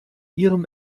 ihrem